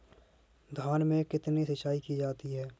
धान में कितनी सिंचाई की जाती है?